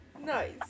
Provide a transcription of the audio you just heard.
Nice